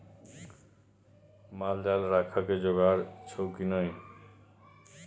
माल जाल राखय के जोगाड़ छौ की नै